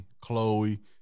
Chloe